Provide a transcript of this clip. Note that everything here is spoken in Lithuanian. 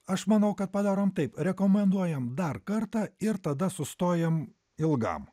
aš manau kad padarome taip rekomenduojam dar kartą ir tada sustojam ilgam